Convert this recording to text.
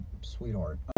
sweetheart